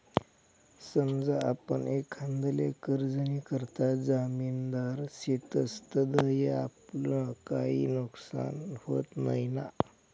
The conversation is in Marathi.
समजा आपण एखांदाले कर्जनीकरता जामिनदार शेतस तधय आपलं काई नुकसान व्हत नैना?